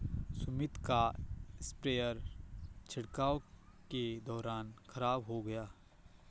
सुमित का स्प्रेयर छिड़काव के दौरान खराब हो गया